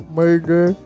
murder